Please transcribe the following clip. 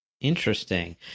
Interesting